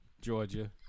Georgia